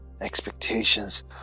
expectations